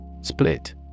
Split